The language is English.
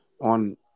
on